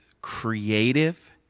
creative